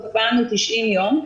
תוקפם הוא 90 יום,